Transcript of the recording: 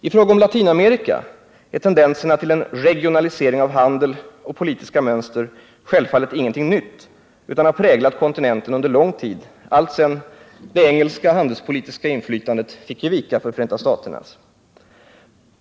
I fråga om Latinamerika är tendenserna till en regionalisering av handel och politiska mönster självfallet ingenting nytt utan har präglat kontinenten under lång tid — alltsedan det engelska handelspolitiska inflytandet fick ge vika för Förenta staternas.